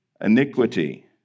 Iniquity